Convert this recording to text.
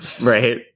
right